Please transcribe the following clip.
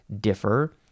differ